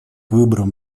выборам